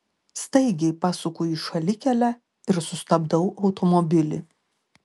staigiai pasuku į šalikelę ir sustabdau automobilį